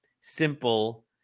simple